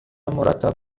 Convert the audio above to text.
مرتب